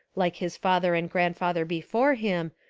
like his father and grandfather before him,